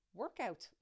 workout